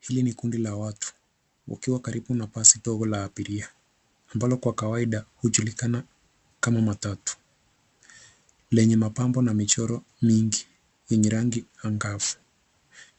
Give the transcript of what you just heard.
Hili ni kundi la watu wakiwa karibu na basi ndogo la abiria ambalo kwa kawaida hujulikana kama matatu lenye mapambo na michoro mingi yenye rangi angavu.